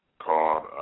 called